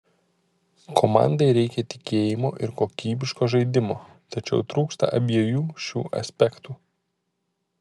komandai reikia tikėjimo ir kokybiško žaidimo tačiau trūksta abiejų šių aspektų